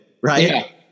right